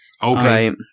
Okay